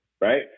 Right